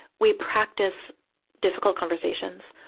we practice difficult conversations,